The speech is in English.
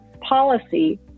policy